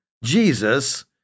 Jesus